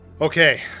Okay